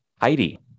Heidi